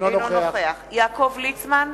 אינו נוכח יעקב ליצמן,